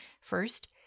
First